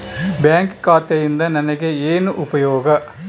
Bank ಖಾತೆಯಿಂದ ನನಗೆ ಏನು ಉಪಯೋಗ?